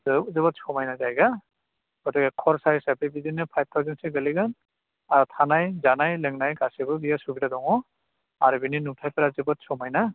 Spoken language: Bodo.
जोबोद जोबोद समायना जायगा खथे खरसा हिसाबै बिदिनो फाइभ थावजेन्दसो गोलैगोन आरो थानाय जानाय लोंनाय गासिबो बेयाव सुबिदा दङ आरो बेनि नुथाइफोरा जोबोद समायना